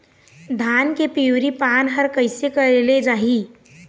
धान के पिवरी पान हर कइसे करेले जाही?